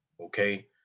okay